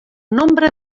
nombre